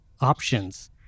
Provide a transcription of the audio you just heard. options